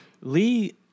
Lee